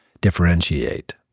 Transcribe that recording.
differentiate